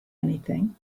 anything